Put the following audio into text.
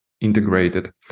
integrated